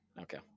okay